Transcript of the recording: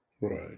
Right